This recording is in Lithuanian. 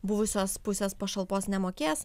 buvusios pusės pašalpos nemokės